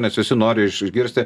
nes visi nori iš išgirsti